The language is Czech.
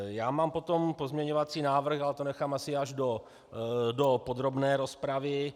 Já mám potom pozměňovací návrh, ale to nechám asi až do podrobné rozpravy.